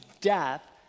death